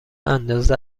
اندازه